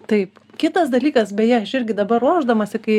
taip kitas dalykas beje aš irgi dabar ruošdamasi kai